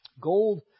Gold